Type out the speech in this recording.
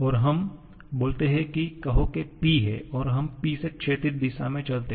और हम बोलते हैं की कहो के P है और हम P से क्षैतिज दिशा में चलते हैं